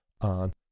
on